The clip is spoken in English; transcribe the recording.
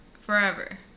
forever